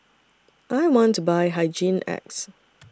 I want to Buy Hygin X